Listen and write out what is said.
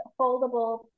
foldable